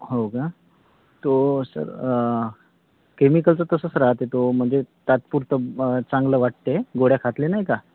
हो का तो सर केमिकलचं तसंच राहते तो म्हणजे तात्पुरतं मग चांगलं वाटते गोळ्या खातले नाही का